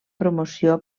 promoció